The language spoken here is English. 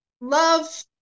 love